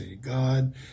God